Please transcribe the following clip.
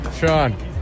Sean